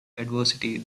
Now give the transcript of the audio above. adversity